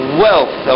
wealth